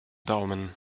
daumen